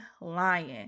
lion